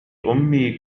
أمي